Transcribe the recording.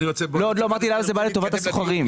עוד לא אמרתי למה זה בא לטובת השוכרים.